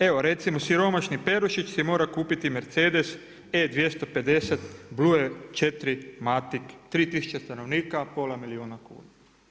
Evo recimo siromašni Perušić si mora kupiti Mercedes E250 Blue 4Matic, 3 tisuće stanovnika pola milijuna kuna.